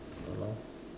ya lor